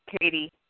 Katie